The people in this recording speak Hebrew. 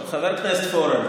חבר הכנסת פורר,